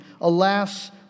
Alas